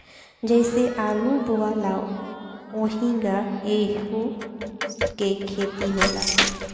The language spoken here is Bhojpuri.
जइसे आलू बोआला ओहिंगा एहू के खेती होला